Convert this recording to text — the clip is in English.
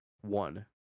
one